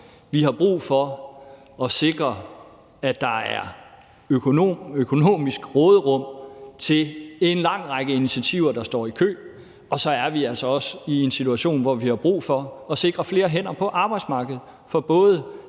vi har brug for at sikre, at der er økonomisk råderum til en lang række initiativer, der står i kø, og så er vi altså også i en situation, hvor vi har brug for at sikre flere hænder på arbejdsmarkedet. For både